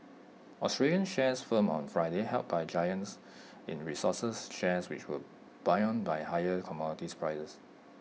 Australian shares firmed on Friday helped by giants in resources shares which were buoyed by higher commodities prices